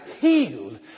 healed